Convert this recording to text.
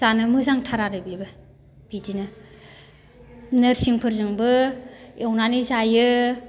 जानो मोजांथार आरो बेबो बिदिनो नोरसिंफोरजोंबो एवनानै जायो